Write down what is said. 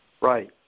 Right